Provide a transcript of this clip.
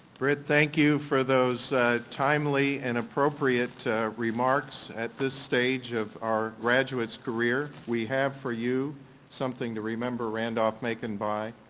brit thank you for those timely and appropriate remarks at this stage of our graduate's career. we have for you something to remember randolph-macon by.